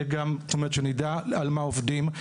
שנדע על מה עובדים.